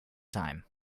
time